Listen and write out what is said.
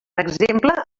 exemple